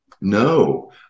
No